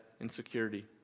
insecurity